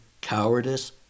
cowardice